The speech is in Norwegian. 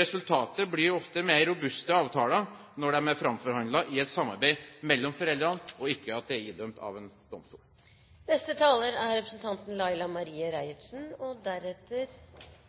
Resultatet blir ofte mer robuste avtaler når de er framforhandlet i et samarbeid mellom foreldrene, enn når de er idømt av en domstol.